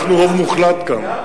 אנחנו רוב מוחלט כאן.